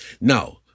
Now